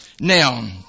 Now